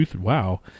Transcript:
Wow